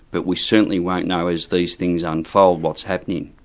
but we certainly won't know as these things unfold what's happening.